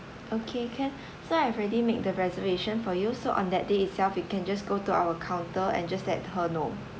okay can so I've already made the reservation for you so on that day itself you can just go to our counter and just let her know